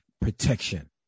protection